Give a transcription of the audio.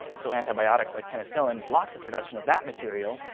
so antibiotics like penicillin block the production of that material,